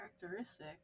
characteristic